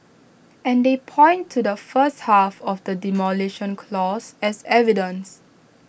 and they point to the first half of the Demolition Clause as evidence